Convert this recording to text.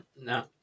no